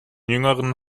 jüngeren